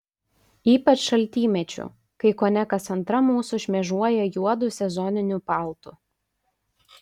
ypač šaltymečiu kai kone kas antra mūsų šmėžuoja juodu sezoniniu paltu